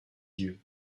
yeux